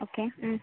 okay